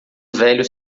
velho